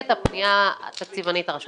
היא הייתה נותנת לו סמכות